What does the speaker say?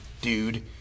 dude